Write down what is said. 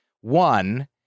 One